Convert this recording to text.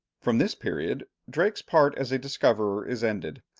from this period drake's part as a discoverer is ended,